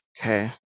okay